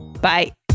Bye